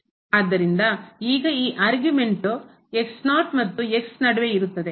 ಆದ್ದರಿಂದ ಈಗ ಈ ಅರ್ಗುಮೆಂಟ್ಟ್ ವಾದವು ಮತ್ತು ನಡುವೆ ಇರುತ್ತದೆ